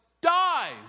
dies